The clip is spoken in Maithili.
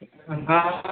हँ